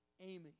Amy